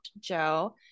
Joe